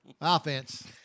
offense